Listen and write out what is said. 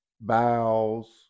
bowels